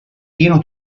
pieno